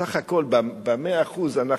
סך הכול במאה אחוז אנחנו,